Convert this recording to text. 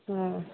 हाँ